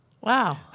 Wow